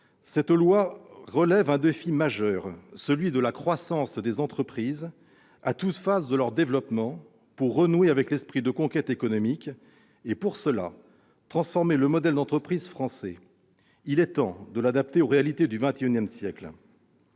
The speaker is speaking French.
de loi relève le défi majeur de la croissance des entreprises à chaque phase de leur développement, pour renouer avec l'esprit de conquête économique. Pour cela, il transforme le modèle d'entreprise français, qu'il est temps d'adapter aux réalités du XXI siècle.